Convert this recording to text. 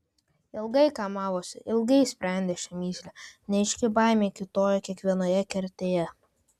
ilgai kamavosi ilgai sprendė šią mįslę neaiški baimė kiūtojo kiekvienoje kertėje